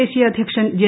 ദേശീയ അധ്യക്ഷൻ ജെ